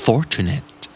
Fortunate